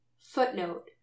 Footnote